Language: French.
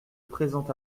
présent